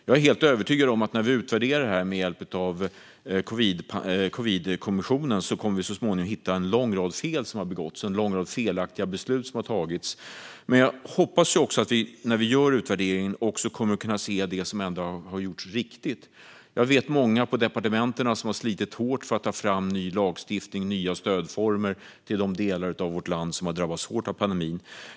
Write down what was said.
Jag är helt övertygad om att när vi utvärderar det här med hjälp av Coronakommissionen kommer vi så småningom att hitta en lång rad fel som har begåtts och en lång rad felaktiga beslut som har fattats. Men jag hoppas att vi när vi gör utvärderingen också kommer att kunna se det som ändå har gjorts riktigt. Jag vet många på departementen som har slitit hårt för att ta fram ny lagstiftning och nya stödformer till de delar av vårt land som har drabbats hårt av pandemin.